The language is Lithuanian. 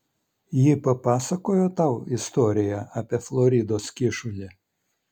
ji papasakojo tau istoriją apie floridos kyšulį